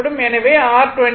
எனவே இது r 25